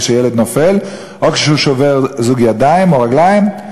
פעם כשילד נופל או כשהוא שובר זוג ידיים או רגליים.